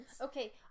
Okay